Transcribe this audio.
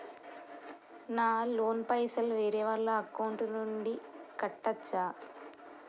నా లోన్ పైసలు వేరే వాళ్ల అకౌంట్ నుండి కట్టచ్చా?